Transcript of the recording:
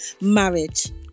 marriage